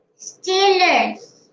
Steelers